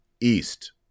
east